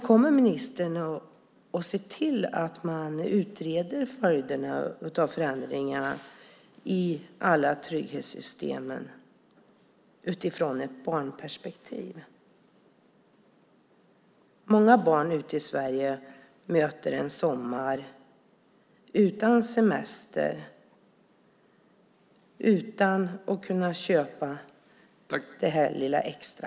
Kommer ministern att se till att man utreder följderna av förändringarna i alla trygghetssystemen utifrån ett barnperspektiv? Många barn i Sverige möter en sommar utan semester och utan att kunna köpa det där lilla extra.